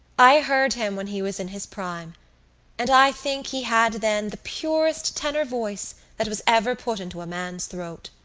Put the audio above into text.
i heard him when he was in his prime and i think he had then the purest tenor voice that was ever put into a man's throat.